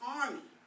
army